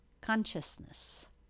consciousness